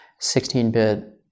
16-bit